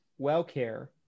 Wellcare